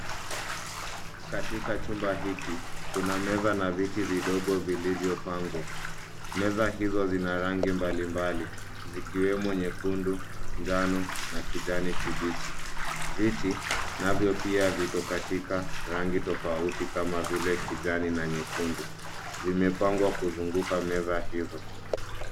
Katika chumba hiki, kuna meza na viti vidogo vilivyopangwa. Meza hizo zina rangi mbalimbali zikiwemo nyekundu, njano na kijani kibichi. Viti, navyo pia viko katika rangi tofauti kama vile kijani na nyekundu. Vimepangwa kuzunguka meza hizo.